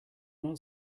not